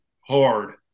hard